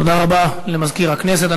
תודה רבה למזכיר הכנסת.